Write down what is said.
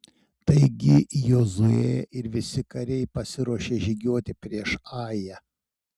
taigi jozuė ir visi kariai pasiruošė žygiuoti prieš ają